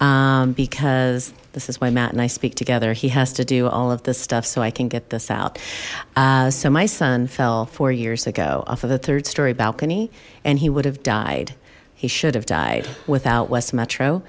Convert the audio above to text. mom because this is my matt and i speak together he has to do all of this stuff so i can get this out so my son fell four years ago off of the third storey balcony and he would have died he should have died without west metro